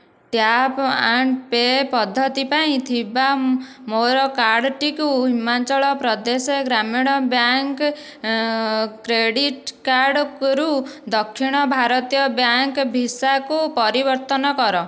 tap and pay ପଦ୍ଧତି ପାଇଁ ଥିବା ମୋର କାର୍ଡ଼ଟିକୁ ହିମାଚଳ ପ୍ରଦେଶ ଗ୍ରାମୀଣ ବ୍ୟାଙ୍କ୍ କ୍ରେଡ଼ିଟ୍ କାର୍ଡ଼ରୁ ଦକ୍ଷିଣ ଭାରତୀୟ ବ୍ୟାଙ୍କ୍ ଭିସାକୁ ପରିବର୍ତ୍ତନ କର